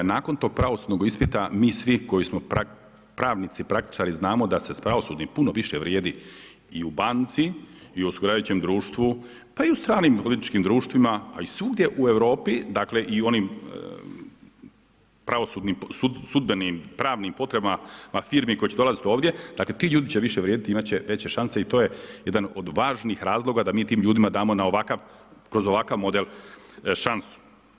Nakon tog pravosudnog ispita mi svi koji smo pravnici, praktičari znamo da se sa pravosudnim puno više vrijedi i u banci i u osiguravajućem društvu, pa i u stranim odvjetničkim društvima a i svugdje u Europi, dakle i u onim pravosudnim, sudbenim, pravnim potrebama firmi koje će dolaziti ovdje, dakle ti ljudi će više vrijediti, imati će veće šanse i to je jedan od važnih razloga da mi tim ljudima damo na ovakav, kroz ovakav model šansu.